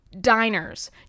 diners